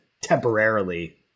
temporarily